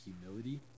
humility